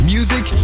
Music